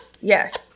Yes